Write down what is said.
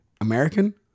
American